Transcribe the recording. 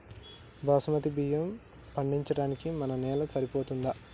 బాస్మతి బియ్యం పండించడానికి మన నేల సరిపోతదా?